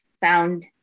found